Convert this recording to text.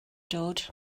dod